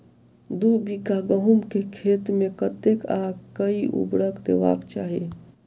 दु बीघा गहूम केँ खेत मे कतेक आ केँ उर्वरक देबाक चाहि?